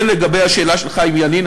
לגבי השאלה של חיים ילין,